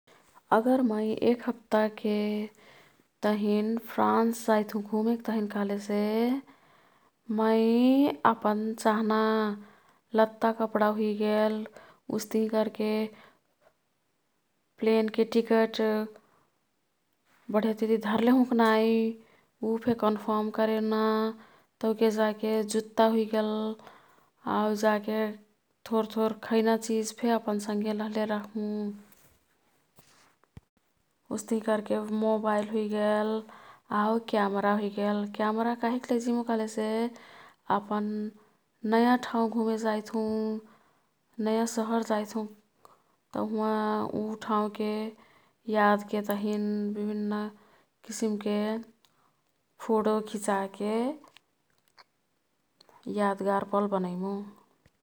अगर मै एक हप्ताके तहिन फ्रान्स जाईत् हु घुमेक्तहिन कह्लेसे मै अपन चाह्ना लत्ता कपडा हुइगेल। उस्तिही कर्के प्लेन के टिकट बढियाती धर्ले हुँ की नाई उ फे कन्फर्म कर्ना तौके जाके जुत्ता हुइगेल ,आउ जाके थोर थोर खैना चिजफे अपन संगे लह्ले रह्मु। उस्तिही कर्के मोबाईल हुइगेल, आउ क्यामरा हुइगेल। क्यामरा कहिक लैजिमु कह्लेसे अपन नयाँ ठाउँ घुमे जाईत् हुँ, नयाँ सहर जाईत् हुँ तौ हुवाँ उ ठाउँके यादके तहिन विभिन्न किसिमके फोटो खीचाके यादगार पल बनैमु।